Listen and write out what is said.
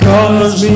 Cause